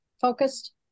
focused